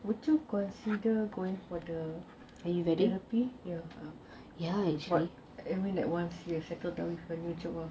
would you consider going for the therapy yes I mean once settled down with your new job ah